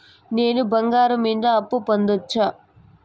నేను బంగారం మీద అప్పు పొందొచ్చా?